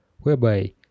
whereby